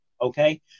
Okay